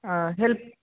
health